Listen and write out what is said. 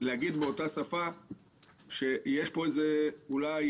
להגיד באותה שפה שיש פה איזה אולי